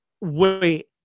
Wait